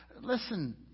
Listen